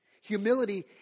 Humility